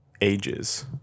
ages